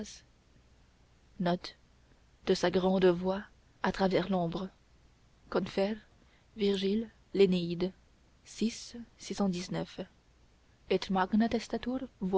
de sa grande voix à travers l'ombre cf virgile l'enéide